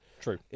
True